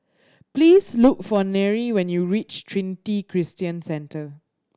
please look for Nery when you reach Trinity Christian Centre